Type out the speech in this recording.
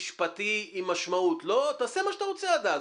משפטי עם משמעות תעשה מה שאתה רוצה עד אז,